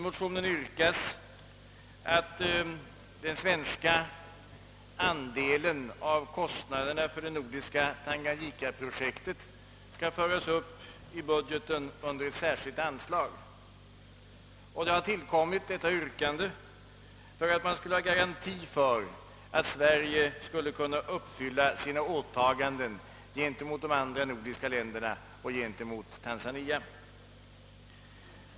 I motionen yrkas att den svenska andelen av kostnaderna för det nordiska Tanganyika-projektet skall föras upp i budgeten under ett särskilt anslag. Detta yrkande har tillkommit i syfte att skapa garanti för att Sverige kan uppfylla sina åtaganden gentemot de andra nordiska länderna och gentemot Tanzania.